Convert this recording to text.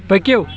پٔکِو